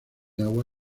agua